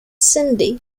cindy